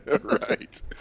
Right